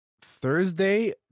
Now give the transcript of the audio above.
Thursday